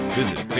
visit